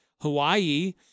Hawaii